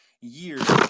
years